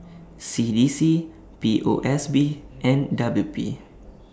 C D C P O S B and W P